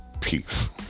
Peace